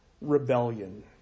rebellion